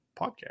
Podcast